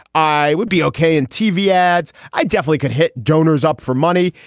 i would be okay in tv ads. i definitely could hit donors up for money.